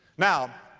now,